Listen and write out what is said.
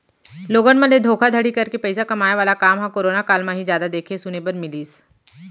लोगन मन ले धोखाघड़ी करके पइसा कमाए वाला काम ह करोना काल म ही जादा देखे सुने बर मिलिस